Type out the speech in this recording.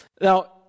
Now